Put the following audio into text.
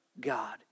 God